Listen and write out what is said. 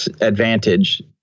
advantage